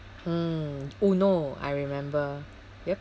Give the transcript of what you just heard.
mm uno I remember yup